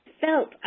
felt